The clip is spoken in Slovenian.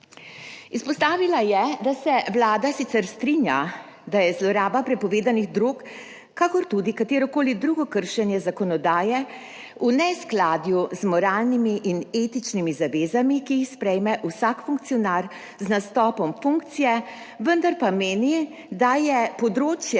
Izpostavila je, da se Vlada sicer strinja, da je zloraba prepovedanih drog kakor tudi katerokoli drugo kršenje zakonodaje v neskladju z moralnimi in etičnimi zavezami, ki jih sprejme vsak funkcionar z nastopom funkcije, vendar pa meni, da je področje